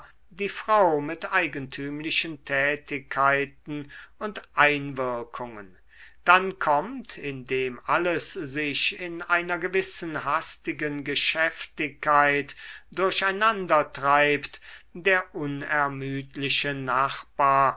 die frau mit eigentümlichen tätigkeiten und einwirkungen dann kommt indem alles sich in einer gewissen hastigen geschäftigkeit durcheinander treibt der unermüdliche nachbar